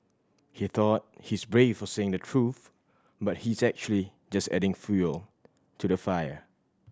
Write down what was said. he thought he's brave for saying the truth but he's actually just adding fuel to the fire